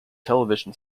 television